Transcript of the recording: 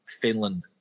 Finland